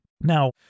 now